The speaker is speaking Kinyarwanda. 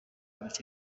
bice